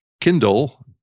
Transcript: Kindle